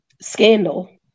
scandal